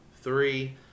three